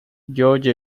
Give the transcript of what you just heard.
george